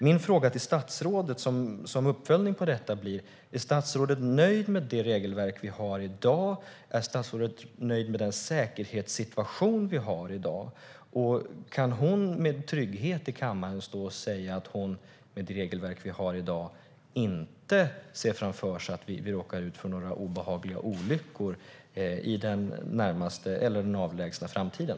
Min fråga till statsrådet som uppföljning på detta blir: Är statsrådet nöjd med det regelverk och den säkerhetssituation vi har i dag? Kan hon med trygghet säga att hon med det regelverk vi har i dag inte ser framför sig att vi råkar ut för några obehagliga olyckor i framtiden?